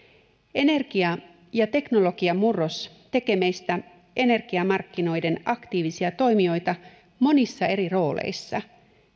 energia ja teknologiamurros tekee meistä energiamarkkinoiden aktiivisia toimijoita monissa eri rooleissa